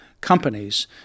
companies